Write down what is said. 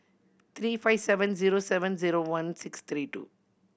three five seven zero seven zero one six three two